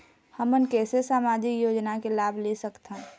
हमन कैसे सामाजिक योजना के लाभ ले सकथन?